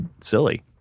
silly